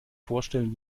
vorstellen